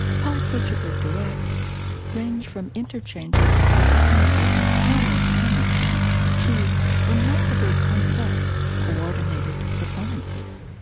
pied butcherbird duets range from interchanges of apparently informal timing to remarkably complex, coordinated performances.